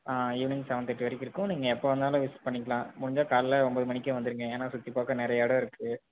ஆ evening seven thirty வரைக்கும் இருக்கும் நீங்கள் எப்போ வேணுனாலும் விசிட் பண்ணிக்கலாம் முடிஞ்சால் காலைல ஒம்போது மணிக்கே வந்துடுங்க ஏன்னா சுற்றிப் பார்க்க நிறையா இடம் இருக்குது